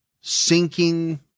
sinking